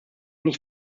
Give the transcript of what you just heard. nicht